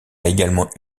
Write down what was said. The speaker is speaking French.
également